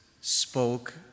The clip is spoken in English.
spoke